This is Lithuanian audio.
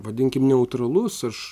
vadinkim neutralus aš